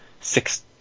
six